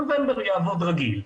נובמבר יעבוד רגיל.